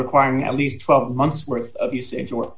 requiring at least twelve months worth of usage or